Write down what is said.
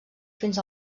fins